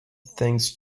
thanks